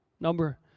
Number